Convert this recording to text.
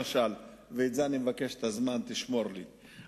ועל זה אני מבקש שתשמור לי את הזמן.